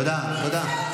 תודה, תודה.